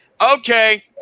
okay